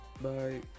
bye